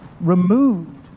removed